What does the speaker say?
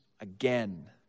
again